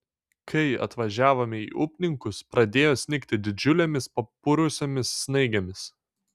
kai atvažiavome į upninkus pradėjo snigti didžiulėmis papurusiomis snaigėmis